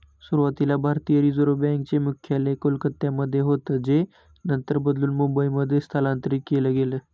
सुरुवातीला भारतीय reserve bank चे मुख्यालय कोलकत्यामध्ये होतं जे नंतर बदलून मुंबईमध्ये स्थलांतरीत केलं गेलं